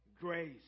grace